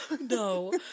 no